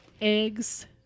eggs